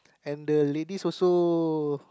and the ladies also